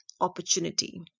opportunity